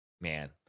man